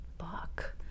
fuck